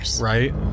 Right